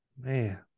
man